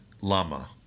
lama